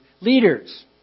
leaders